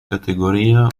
categoria